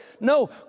No